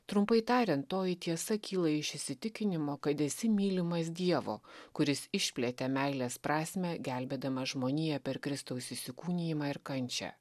trumpai tariant toji tiesa kyla iš įsitikinimo kad esi mylimas dievo kuris išplėtė meilės prasmę gelbėdamas žmoniją per kristaus įsikūnijimą ir kančią